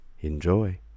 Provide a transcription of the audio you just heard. Enjoy